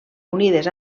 unides